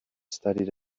studied